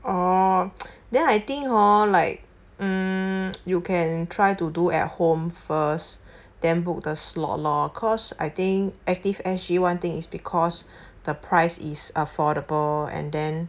orh then I think hor like mm you can try to do at home first then book the slot lor cause I think Active S_G one thing is because the price is affordable and then